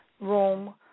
room